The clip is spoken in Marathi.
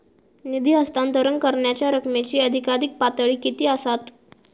निधी हस्तांतरण करण्यांच्या रकमेची अधिकाधिक पातळी किती असात?